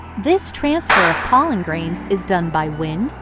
this transfer of pollen grains is done by wind,